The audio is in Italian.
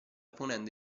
ponendo